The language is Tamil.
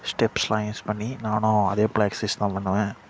ஸ்டெப்ஸ்லாம் யூஸ் பண்ணி நானும் அதே போல எக்சைஸ் தான் பண்ணுவேன்